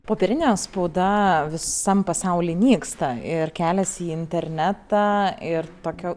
popierinė spauda visam pasauly nyksta ir keliasi į internetą ir tokio